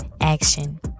action